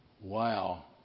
Wow